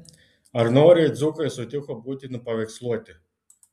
ar noriai dzūkai sutiko būti nupaveiksluoti